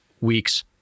week's